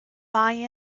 buy